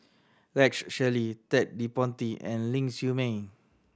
Rex Shelley Ted De Ponti and Ling Siew May